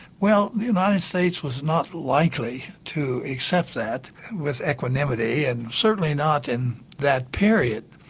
well the united states was not likely to accept that with equanimity, and certainly not in that period.